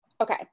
okay